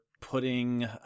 putting